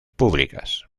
públicas